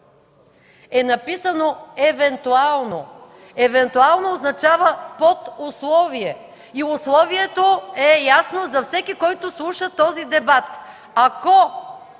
е написано „евентуално“. „Евентуално“ означава под условие. Условието е ясно за всеки, който слуша този дебат: ако